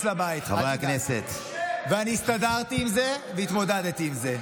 לבית ואני הסתדרתי עם זה והתמודדתי עם זה.